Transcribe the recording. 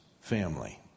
family